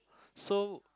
so